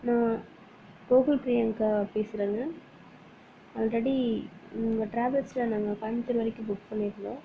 நான் கோகுல் பிரியங்கா பேசுகிறேங்க ஆல்ரெடி உங்கள் டிராவல்ஸ்சில் நாங்கள் கோயம்புத்தூர் வரைக்கும் புக் பண்ணியிருந்தோம்